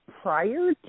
prior